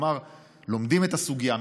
כלומר לומדים את הסוגיה,